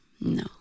no